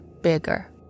bigger